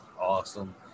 awesome